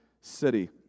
city